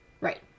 Right